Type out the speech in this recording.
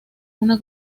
una